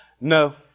No